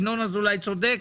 ינון אזולאי צודק.